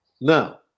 Now